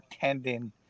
tendon